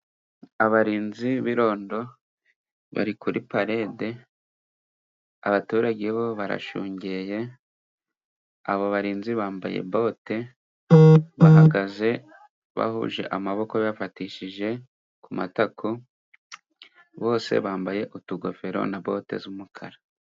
Abarinzi b'irondo bari kuri parade abaturage bo barashungeye. Abo barinzi bambaye bote bahagaze bahuje amaboko bifatishije ku matako bose bambaye utugofero na bote z'umukara.